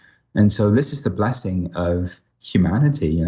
and so, this is the blessing of humanity, you know?